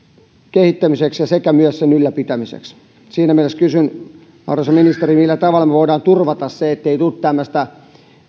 kehittämiseksi sekä myös sen ylläpitämiseksi siinä mielessä kysyn arvoisa ministeri millä tavalla me voimme turvata sen ettei tule tämmöistä